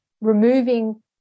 removing